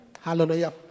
Hallelujah